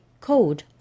Code